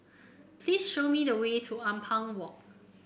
please show me the way to Ampang Walk